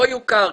לא יוכר,